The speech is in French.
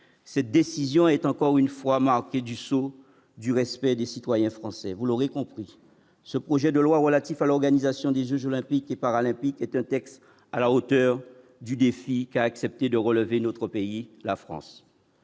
cette décision est encore une fois marquée du sceau du respect des citoyens français, vous l'aurez compris ce projet de loi relatif à l'organisation des Olympiques et Paralympiques est un texte à la hauteur du défi qu'a accepté de relever notre pays la France.